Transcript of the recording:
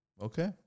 Okay